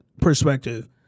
perspective